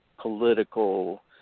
political